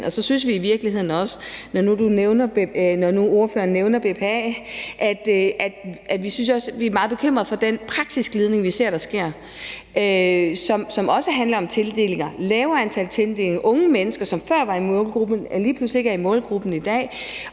Så er vi i virkeligheden også, når nu ordføreren nævner BPA, meget bekymrede for den praksisglidning, vi ser der sker, som også handler om tildelinger, lavere antal tildelinger og unge mennesker, som før var i målgruppen, og som lige pludselig ikke er i målgruppen i dag.